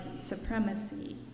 supremacy